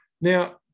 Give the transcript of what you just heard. Now